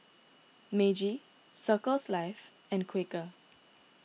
Meiji Circles Life and Quaker